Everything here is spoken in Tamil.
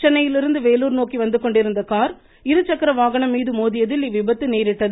சென்னையிலிருந்து வேலூர் நோக்கி வந்துகொண்டிருந்த கார் இரு சக்கர வாகனம் மீது மோதியதில் இவ்விபத்து நேரிட்டது